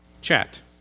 chat